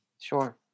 Sure